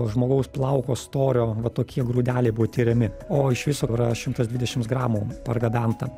žmogaus plauko storio va tokie grūdeliai buvo tiriami o iš viso yra šimtas dvidešims gramų pargabenta